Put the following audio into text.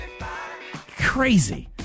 crazy